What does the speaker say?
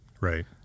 Right